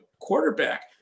quarterback